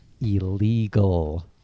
illegal